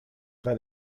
tra